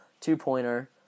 two-pointer